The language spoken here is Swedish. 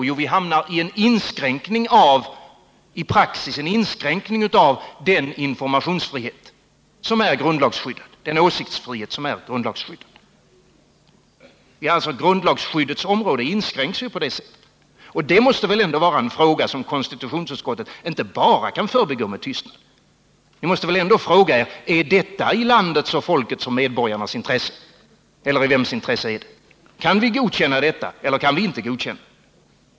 Jo, vi hamnar i en inskränkning av den informationsfrihet, den åsiktsfrihet, som är grundlagsskyddad. Det område som omfattas av grundlagsskyddet inskränks, och det måste vara en fråga som konstitutionsutskottet inte bara kan förbigå med tystnad. Ni måste väl ändå fråga er: Är detta i landets och medborgarnas intresse, eller i vems intresse är det? Kan vi godkänna detta eller inte?